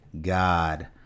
God